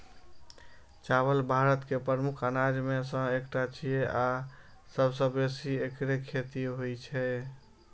चावल भारत के प्रमुख अनाज मे सं एकटा छियै आ सबसं बेसी एकरे खेती होइ छै